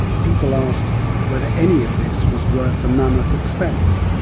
people asked whether any of this was worth the mammoth expense,